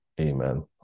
Amen